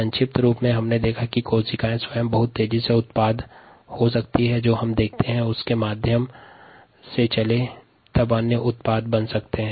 संक्षिप्त रूप से हमने यह देखा कि कोशिका स्वयं तीव्र वेग से उत्पाद में परिवर्तित हो रही है